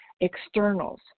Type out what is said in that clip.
externals